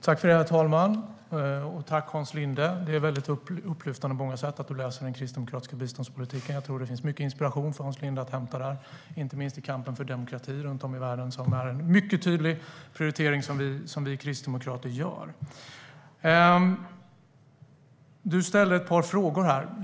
Herr talman! Jag tackar Hans Linde; det är upplyftande på många sätt att han läser den kristdemokratiska biståndspolitiken. Jag tror att det finns mycket inspiration för Hans Linde att hämta där, inte minst i kampen för demokrati runt om i världen. Det är en mycket tydlig prioritering vi kristdemokrater gör. Hans Linde ställde ett par frågor.